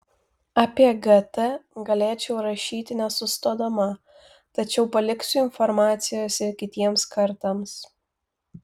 apie gt galėčiau rašyti nesustodama tačiau paliksiu informacijos ir kitiems kartams